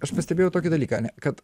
aš pastebėjau tokį dalyką kad